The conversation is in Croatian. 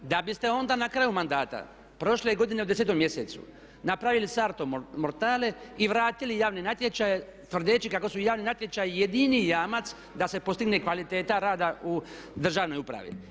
Da biste onda na kraju mandata prošle godine u 10. mjesecu napravili salto mortale i vratili javne natječaje tvrdeći kako su javni natječaji jedini jamac da se postigne kvaliteta rada u državnoj upravi.